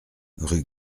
rue